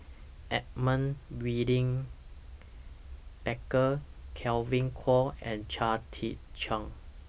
Edmund William Barker Kevin Kwan and Chia Tee Chiak